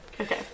Okay